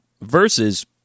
Versus